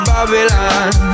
Babylon